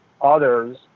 others